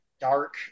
dark